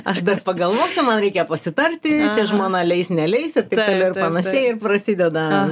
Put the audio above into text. aš dar pagalvosiu man reikia pasitarti čia žmona leis neleis ir taip toliau ir panašiai ir prasideda